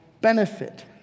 benefit